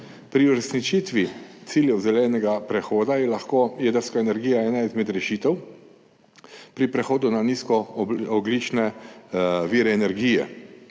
Pri uresničitvi ciljev zelenega prehoda je lahko jedrska energija ena izmed rešitev pri prehodu na nizkoogljične vire energije.